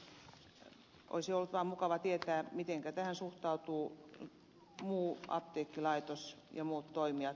olisi ollut vain mukava tietää mitenkä tähän suhtautuvat muu apteekkilaitos ja muut toimijat